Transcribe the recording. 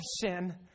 sin